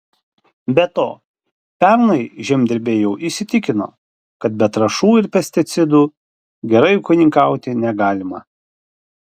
be to pernai žemdirbiai jau įsitikino kad be trąšų ir pesticidų gerai ūkininkauti negalima